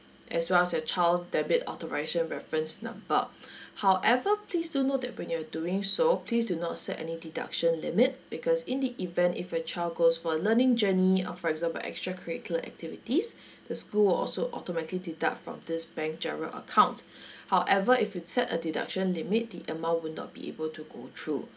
as well as your child debit authorisation reference number however please do note that when you're doing so please do not set any deduction limit because in the event if your child goes for learning journey or for example extracurricular activities the school also automatically deduct from this bank GIRO account however if you set a deduction limit the amount will not be able to go through